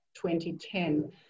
2010